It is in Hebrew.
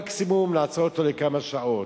מקסימום לעצור אותו לכמה שעות.